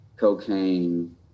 cocaine